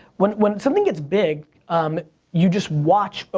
when when something gets big um you just watch, but